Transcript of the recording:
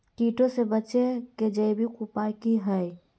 कीटों से बचे के जैविक उपाय की हैय?